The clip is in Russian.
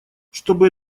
чтобы